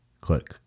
click